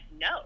no